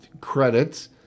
credits